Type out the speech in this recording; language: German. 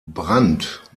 brandt